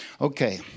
Okay